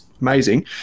amazing